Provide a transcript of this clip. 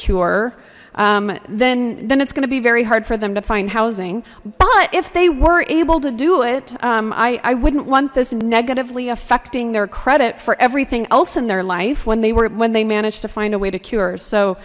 cure then then it's gonna be very hard for them to find housing but if they were able to do it i i wouldn't want this negatively affecting their credit for everything else in their life when they were when they managed to find a way to cure so